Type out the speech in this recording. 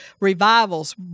revivals